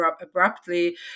abruptly